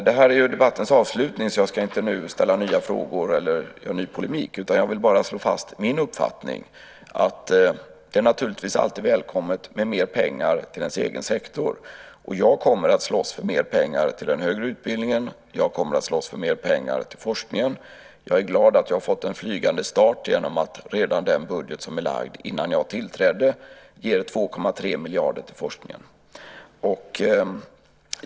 Det här är ju debattens avslutning så jag ska inte nu ställa nya frågor eller gå i ny polemik, utan jag vill bara slå fast min uppfattning. Det är naturligtvis alltid välkommet med mer pengar till ens egen sektor. Jag kommer att slåss för mer pengar till den högre utbildningen, och jag kommer att slåss för mer pengar till forskningen. Jag är glad att jag har fått en flygande start genom att redan den budget som var framlagd innan jag tillträdde ger 2,3 miljarder till forskningen.